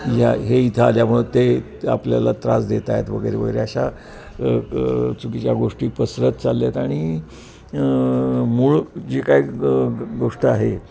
ह्या हे इथं आल्यामुळं ते आपल्याला त्रास देत आहेत वगैरे वगैरे अशा चुकीच्या गोष्टी पसरत चालल्यात आणि मूळ जी काय ग गोष्ट आहे